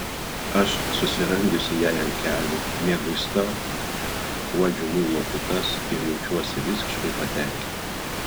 aš susirangiusi jai ant kelių mieguista uodžiu muilo putas ir jaučiuosi visiškai patenkinta